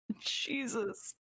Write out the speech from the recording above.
Jesus